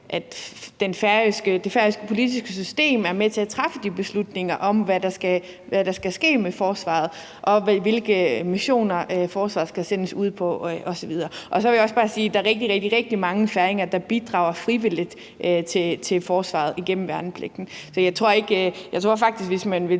det færøske politiske system kan være med til at træffe de beslutninger om, hvad der skal ske med forsvaret, og hvilke missioner forsvaret skal sendes ud på osv. Så vil jeg også bare sige, at der er rigtig, rigtig mange færinger, der bidrager frivilligt til forsvaret igennem værnepligten. Så jeg tror faktisk, at hvis man vil